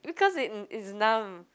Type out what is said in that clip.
because it it's numb